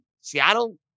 Seattle